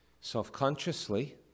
self-consciously